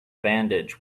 bandage